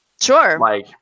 Sure